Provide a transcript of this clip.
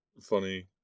funny